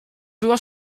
była